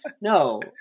no